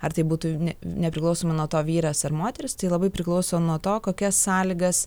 ar tai būtų nepriklausomai nuo to vyras ar moteris tai labai priklauso nuo to kokias sąlygas